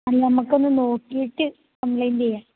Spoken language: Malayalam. അല്ല നമുക്കൊന്ന് നോക്കിയിട്ട് കംപ്ലൈൻറ് ചെയ്യാം